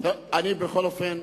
בכל אופן,